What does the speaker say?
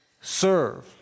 serve